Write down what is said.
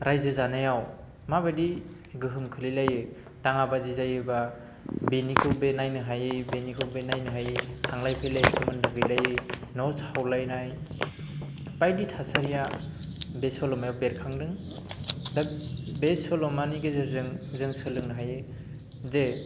रायजो जानायाव माबायदि गोहोम खोख्लैलायो दाङाबाजि जायोबा बेनिखौ बे नायनो हायै बेनिखौ बे नायनो हायि थांलाय फैलाय सोमोन्दो गैलायै न' सावलायनाय बायदि थासारिया बे सल'मायाव बेरखांदों दा बे सल'मानि गेजेरजों जों सोलोंनो हायो जे